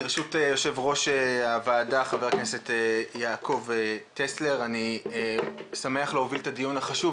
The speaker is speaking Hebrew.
ברשות יו"ר הוועדה יעקב טסלר אני שמח להוביל את הדיון החשוב